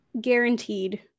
guaranteed